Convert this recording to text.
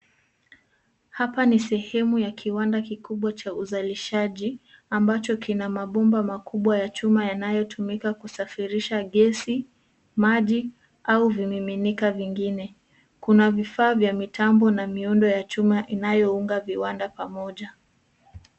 Hapa ni sehemu ya kiwanda kikubwa cha uzalishaji ambacho kina mabomba makubwa ya chuma yanayotumika kusafirisha gesi, maji au vimiminika vingine. Kuna vifaa vya mitambo na miundo ya chuma inayounga viwanda pamoja.